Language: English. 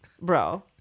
bro